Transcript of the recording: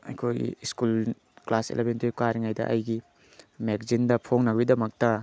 ꯑꯩꯈꯣꯏꯒꯤ school class eleven ꯇꯨꯌꯦꯜꯐ ꯀꯔꯤꯉꯩꯗ ꯑꯩꯒꯤ ꯃꯒꯥꯖꯤꯟꯗ ꯐꯣꯡꯅꯕꯒꯤꯗꯃꯛꯇ